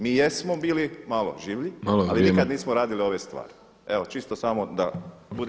Mi jesmo bili malo življi, ali nikad nismo radili ove stvari [[Upadica Vrdoljak: Vrijeme.]] Evo čisto samo da bude.